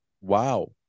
Wow